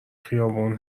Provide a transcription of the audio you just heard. خیابون